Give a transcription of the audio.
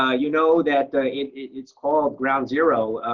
ah you know that it's called ground zero.